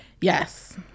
Yes